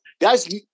guys